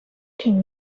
can